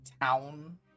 town